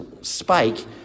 spike